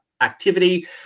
activity